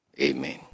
Amen